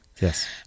Yes